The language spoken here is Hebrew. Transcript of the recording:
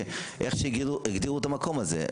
של איך שהגדירו את המקום הזה.